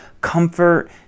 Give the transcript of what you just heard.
comfort